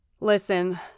Listen